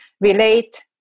relate